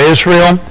Israel